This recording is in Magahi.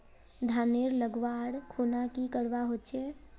धानेर लगवार खुना की करवा होचे?